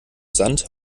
sand